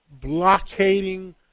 blockading